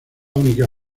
única